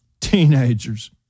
teenagers